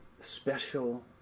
special